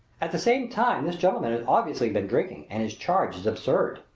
at the same time this gentleman has obviously been drinking and his charge is absurd.